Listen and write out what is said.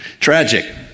Tragic